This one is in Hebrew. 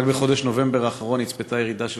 רק בחודש נובמבר האחרון נצפתה ירידה של